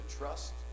trust